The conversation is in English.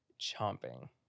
Chomping